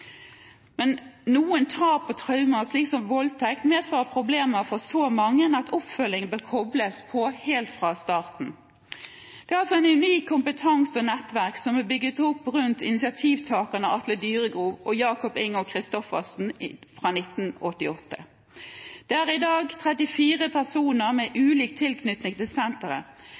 Noen tap og traumer, som etter voldtekt, medfører problemer for så mange at oppfølging bør kobles på helt fra starten. Det er altså en unik kompetanse og et unikt nettverk som er bygget opp rundt initiativtakerne Atle Dyregrov og Jakob Inge Kristoffersen siden 1988. Det er i dag 34 personer med